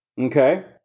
Okay